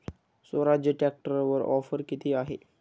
स्वराज्य ट्रॅक्टरवर ऑफर किती आहे?